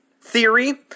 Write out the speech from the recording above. theory